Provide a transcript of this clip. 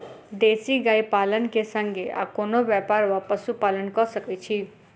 देसी गाय पालन केँ संगे आ कोनों व्यापार वा पशुपालन कऽ सकैत छी?